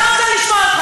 לא רוצה לשמוע אותך.